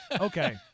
Okay